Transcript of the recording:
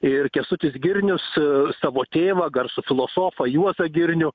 ir kęstutis girnius savo tėvą garsų filosofą juozą girnių